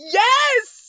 yes